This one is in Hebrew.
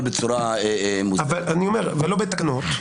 ולא בתקנות.